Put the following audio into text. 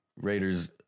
Raiders